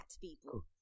people